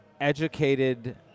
educated